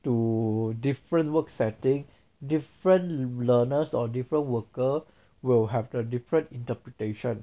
to different work setting different learners or different worker will have the different interpretation